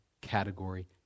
category